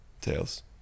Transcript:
Tails